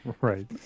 Right